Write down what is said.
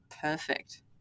perfect